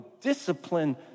discipline